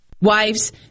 Wives